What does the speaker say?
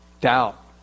doubt